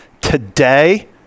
Today